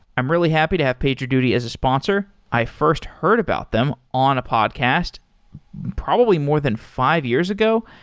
i'm really happy to have pager duty as a sponsor. i first heard about them on a podcast probably more than five years ago.